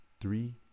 three